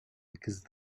because